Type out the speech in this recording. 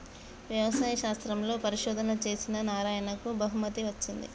వ్యవసాయ శాస్త్రంలో పరిశోధనలు చేసిన నారాయణకు బహుమతి వచ్చింది